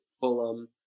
Fulham